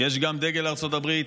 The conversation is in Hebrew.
יש גם דגל ארצות הברית,